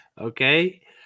Okay